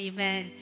Amen